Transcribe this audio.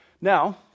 Now